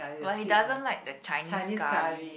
like he doesn't like the Chinese curry